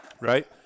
Right